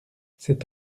c’est